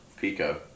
pico